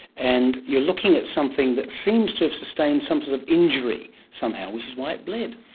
and you're looking at something that seems to have sustained some sort of injury somehow, which is why it bled.